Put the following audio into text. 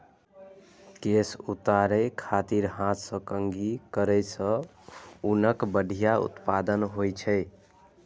केश उतारै खातिर हाथ सं कंघी करै सं ऊनक बढ़िया उत्पादन होइ छै